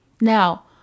Now